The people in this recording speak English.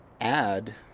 add